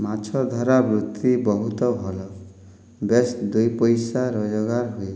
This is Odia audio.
ମାଛ ଧରା ବୃତ୍ତି ବହୁତ ଭଲ ବେଶ୍ ଦୁଇ ପଇସା ରୋଜଗାର ହୁଏ